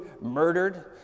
murdered